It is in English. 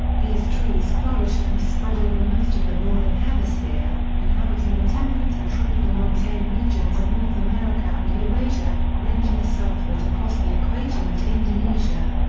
these trees flourished and spread over most of the northern hemisphere, inhabiting the temperate and tropical-montane regions of north america and eurasia, ranging southward across the equator into indonesia.